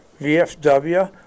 VFW